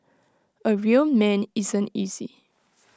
A real man isn't easy